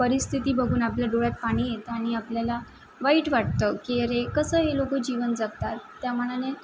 परिस्थिती बघून आपल्या डोळ्यात पाणी येतं आणि आपल्याला वाईट वाटतं की अरे कसं हे लोकं जीवन जगतात त्यामानाने